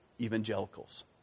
evangelicals